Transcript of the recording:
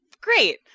great